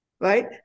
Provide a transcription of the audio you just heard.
right